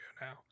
now